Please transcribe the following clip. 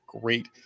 great